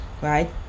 right